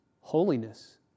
holiness